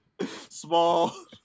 small